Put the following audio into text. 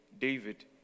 David